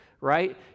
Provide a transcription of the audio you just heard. right